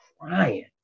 crying